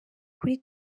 kuri